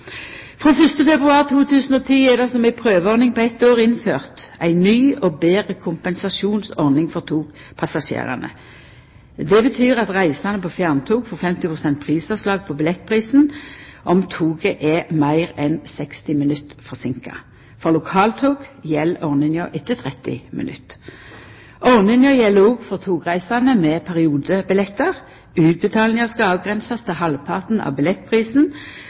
Frå 1. februar 2010 er det som ei prøveordning på eit år innført ei ny og betre kompensasjonsordning for togpassasjerane. Det betyr at reisande på fjerntog får 50 pst. prisavslag på billettprisen om toget er meir enn 60 minutt forseinka. For lokaltog gjeld ordninga etter 30 minutt. Ordninga gjeld òg for togreisande med periodebillettar. Utbetalinga skal avgrensast til halvparten av